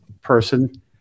person